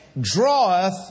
draweth